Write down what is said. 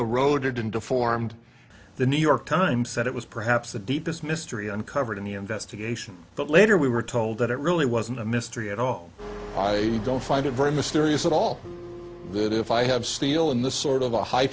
deformed the new york times said it was perhaps the deepest mystery uncovered in the investigation but later we were told that it really wasn't a mystery at all i don't find it very mysterious at all that if i have steel in the sort of a high